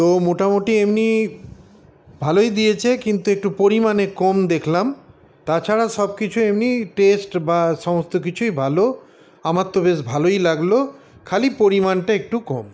তো মোটামোটি এমনি ভালোই দিয়েছে কিন্তু একটু পরিমাণে কম দেখলাম তাছাড়া সবকিছু এমনি টেস্ট বা সমস্ত কিছুই ভালো আমার তো বেশ ভালোই লাগলো খালি পরিমাণটা একটু কম